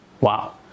Wow